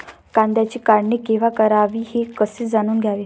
कांद्याची काढणी केव्हा करावी हे कसे जाणून घ्यावे?